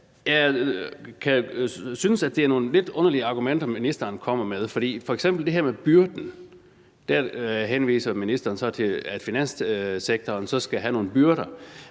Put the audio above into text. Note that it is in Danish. Jeg synes, at det er nogle lidt underlige argumenter, ministeren kommer med, for f.eks. henviser ministeren til, at finanssektoren vil få nogle byrder.